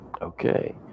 Okay